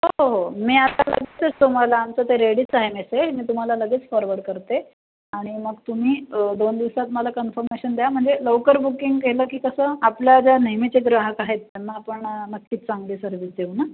हो हो हो मी आत्ता करतेच तुम्हाला आमचं ते रेडीच आहे मेसेज मी तुम्हाला लगेच फॉरवर्ड करते आणि मग तुम्ही दोन दिवसांत मला कन्फर्मेशन द्या म्हणजे लवकर बुकिंग केलं की कसं आपल्या ज्या नेहमीचे ग्राहक आहेत त्यांना आपण नक्कीच चांगली सर्व्हिस देऊ नं